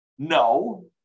No